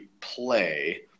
play